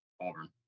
Auburn